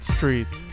Street